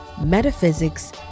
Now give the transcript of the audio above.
metaphysics